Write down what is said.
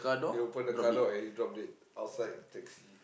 he open the car door and he drop dead outside the taxi